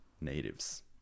natives